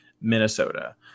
Minnesota